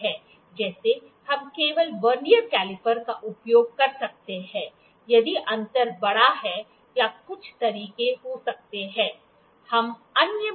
जैसे हम केवल वर्नियर कैलीपर का उपयोग कर सकते हैं यदि अंतर बड़ा है या कुछ तरीके हो सकते हैं